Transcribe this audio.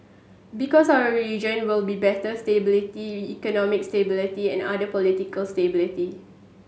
because our region will be better stability economic stability and other political stability